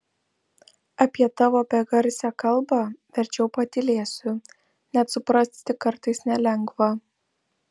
apie tavo begarsę kalbą verčiau patylėsiu net suprasti kartais nelengva